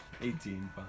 eighteen